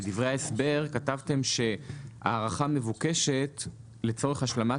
בדברי ההסבר כתבתם שההארכה מבוקשת לצורך השלמת